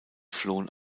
flohen